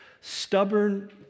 stubborn